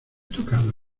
tocado